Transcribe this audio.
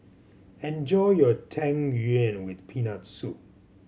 enjoy your Tang Yuen with Peanut Soup